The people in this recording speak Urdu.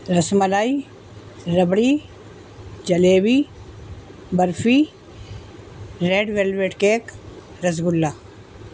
ras malai rabri jalebi barfi red velvet cake rasgulla